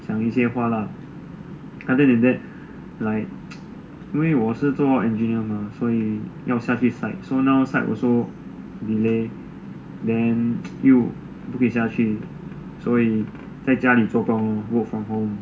讲一些话 lah other than that like 因为我是做 engineer mah 所以要下去 site so now site also delay then 又不可以下去所以在家里做工 lor work from home